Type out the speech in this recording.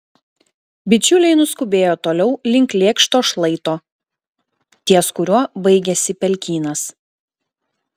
bičiuliai nuskubėjo toliau link lėkšto šlaito ties kuriuo baigėsi pelkynas